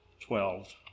twelve